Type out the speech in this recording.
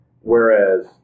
Whereas